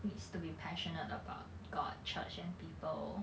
needs to be passionate about god church and people